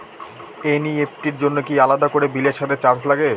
NEFT র জন্য কি আলাদা করে বিলের সাথে চার্জ লাগে?